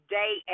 day